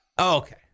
Okay